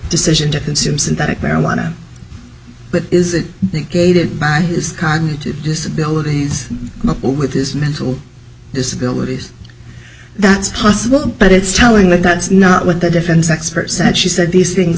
decision to consume synthetic marijuana but is it negated by his cognitive disability with his mental disability that's possible but it's telling that that's not what the defense expert said she said these things